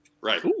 Right